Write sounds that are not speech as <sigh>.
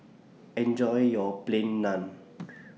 Enjoy your Plain Naan <noise>